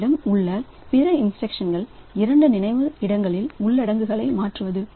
எங்களிடம் உள்ள பிற இன்ஸ்டிரக்ஷன் இரண்டு நினைவக இடங்களின் உள்ளடக்கங்களை மாற்றுவது